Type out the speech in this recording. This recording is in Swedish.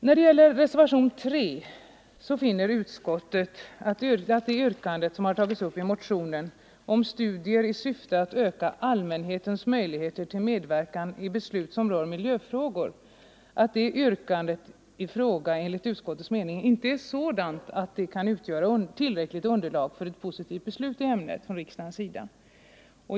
När det gäller reservationen 3 vill jag hänvisa till att utskottet inte funnit yrkandet i motionen 235 angående studier i syfte att öka allmänhetens möjligheter till medverkan i beslut som rör miljöfrågor vara sådant att det utgör tillräckligt underlag för ett positivt beslut i ämnet från riksdagens sida.